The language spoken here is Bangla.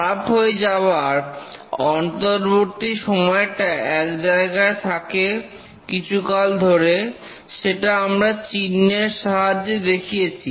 খারাপ হয়ে যাবার অন্তর্বর্তী সময়টা এক জায়গায় থাকে কিছু কাল ধরে সেটা আমরা চিহ্নের সাহায্যে দেখিয়েছি